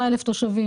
בוודאי.